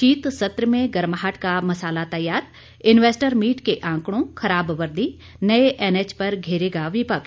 शीत सत्र में गरमाहट का मसाला तैयार इन्वेस्टर मीट के आंकड़ों खराब वर्दी नए एनएच पर घेरेगा विपक्ष